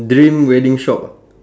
dream wedding shop